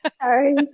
sorry